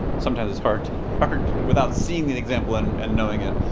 sometimes it's hard without seeing the example and and knowing it.